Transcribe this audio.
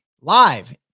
live